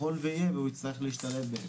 ויכול ויהיה והוא הצטרך להשתלב בהם.